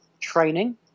training